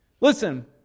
Listen